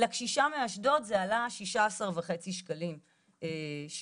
לקשישה מאשדוד זה עלה שישה עשר וחצי שקלים שלשום.